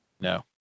No